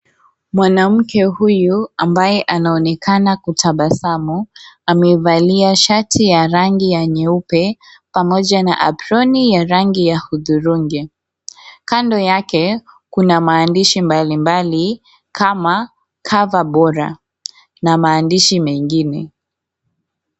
Mwanamke huyu ambaye anaonekana kutabasamu amevalia shati ya rangi ya nyeupe pamoja na habloni ya rangi ya udhurungi, kando yake kunda maandishi mbalimbali kama Cover Bora na maandishi mengine.